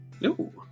No